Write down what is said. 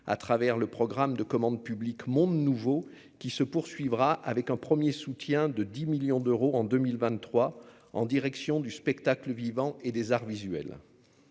à travers le programme de commande publiques monde nouveau qui se poursuivra avec un 1er soutien de 10 millions d'euros en 2023 en direction du spectacle vivant et des arts visuels,